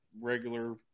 regular